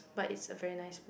but it's a very nice place